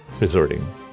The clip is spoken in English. resorting